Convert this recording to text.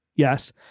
Yes